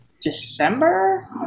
December